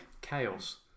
chaos